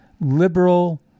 liberal